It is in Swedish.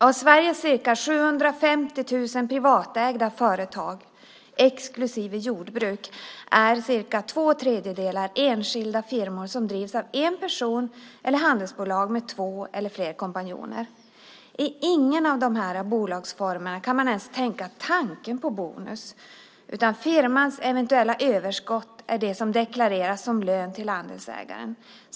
Av Sveriges ca 750 000 privatägda företag, exklusive jordbruk, är cirka två tredjedelar enskilda firmor som drivs av en person eller handelsbolag med två eller fler kompanjoner. I ingen av dessa bolagsformer kan man ens tänka tanken på bonus, utan firmans eventuella överskott är det som deklareras som lön till andelsägarna.